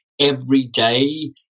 everyday